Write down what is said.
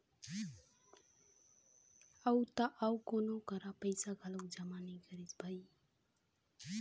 अउ त अउ कोनो करा पइसा घलोक जमा नइ करिस भई